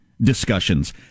Discussions